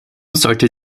sollte